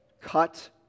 cut